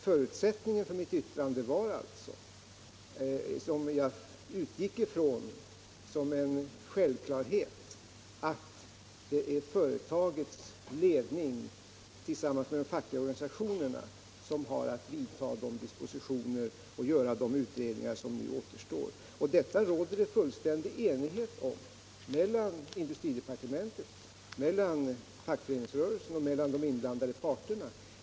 Förutsättningen för mitt yttrande var — det utgick jag ifrån som en självklarhet — att det är företagets ledning tillsammans med de fackliga organisationerna som har att vidta de dispositioner och göra de utredningar som nu återstår. Detta råder det fullständig enighet om mellan industridepartementet, fackföreningsrörelsen och de inblandade parterna.